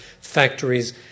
factories